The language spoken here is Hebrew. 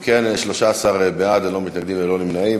אם כן, 13 בעד, ללא מתנגדים, ללא נמנעים.